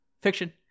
Fiction